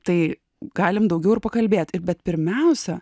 tai galim daugiau ir pakalbėt ir bet pirmiausia